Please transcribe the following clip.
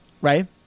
Right